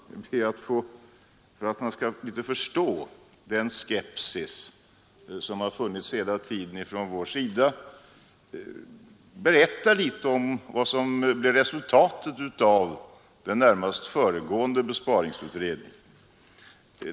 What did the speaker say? För att man skall förstå den skepsis som har funnits hela tiden från vår sida skall jag, herr talman, berätta litet om vad som blev resultatet av den närmast föregående besparingsutredningen.